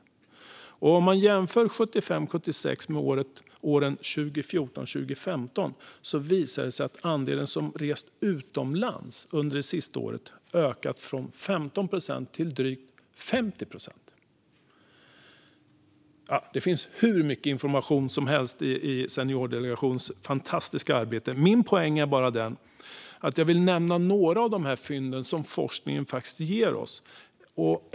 Om man jämför 1975-1976 med åren 2014-2015 visar det sig att andelen som rest utomlands under det senaste året ökat från 15 procent till drygt 50 procent. Det finns hur mycket information som helst i Seniordelegationens fantastiska arbete. Min poäng är bara att jag vill nämna några av de fynd som forskningen ger oss.